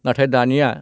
नाथाय दानिया